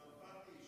צרפתי,